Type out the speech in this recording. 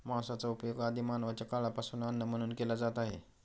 मांसाचा उपयोग आदि मानवाच्या काळापासून अन्न म्हणून केला जात आहे